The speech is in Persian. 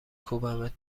کوبمت